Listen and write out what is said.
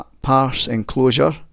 parse-enclosure